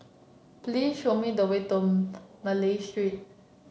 please show me the way to Malay Street